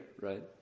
right